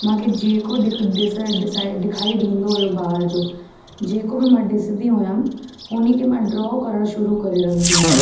मूंखे जेको ॾिख ॾिस डिसाई ॾिखाई ॾींदो हुओ ॿाहिरि जो जेको बि मां ॾिसंदी हुअमि हुन खे मां ड्रॉ करणु शुरू करे रखंदी हुअमि